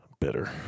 Bitter